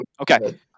Okay